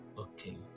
Okay